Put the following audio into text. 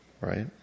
Right